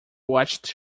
watched